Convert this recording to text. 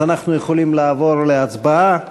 אז אנחנו יכולים לעבור להצבעה.